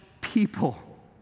people